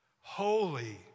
Holy